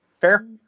Fair